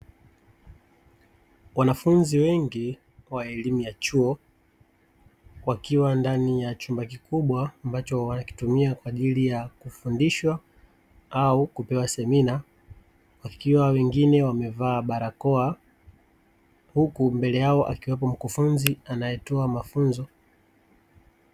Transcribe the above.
Wanafunzi wengi wa elimu ya chuo wakiwa ndani ya chumba kikubwa ambacho wanakitumia kwa ajili kufundishwa au kupewa semina, wakiwa wengine wamevaa barakoa huku mbele yao akiwepo mkufunzi anayetoa mafunzo.